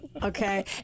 Okay